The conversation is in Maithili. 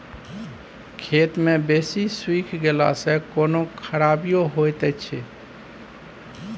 खेत मे बेसी सुइख गेला सॅ कोनो खराबीयो होयत अछि?